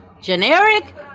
generic